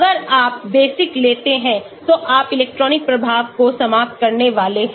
अगर आप बेसिक लाते हैं तो आप इलेक्ट्रॉनिक प्रभाव को समाप्त करने वाले हैं